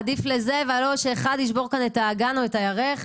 עדיף לזה ולא שאחד פה ישבור את האגן או את הירך.